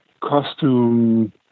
costume